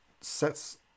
sets